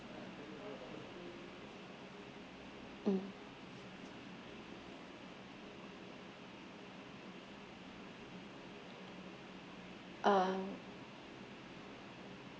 mm um